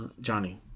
Johnny